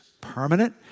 permanent